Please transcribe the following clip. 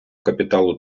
капіталу